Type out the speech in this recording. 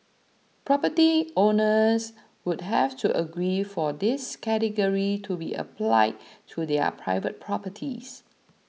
property owners would have to agree for this category to be applied to their private properties